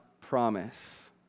promise